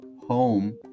home